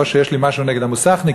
לא שיש לי משהו נגד המוסכניקים,